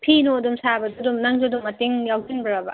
ꯐꯤꯅꯨꯡ ꯑꯗꯨꯝ ꯁꯥꯕꯗꯨ ꯑꯗꯨꯝ ꯅꯪꯁꯨ ꯑꯗꯨꯝ ꯃꯇꯦꯡ ꯌꯥꯎꯁꯤꯟꯕ꯭ꯔꯕ